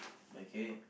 okay